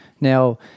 now